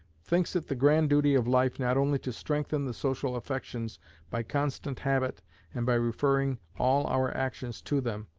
thinks it the grand duty of life not only to strengthen the social affections by constant habit and by referring all our actions to them,